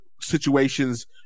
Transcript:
situations